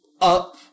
up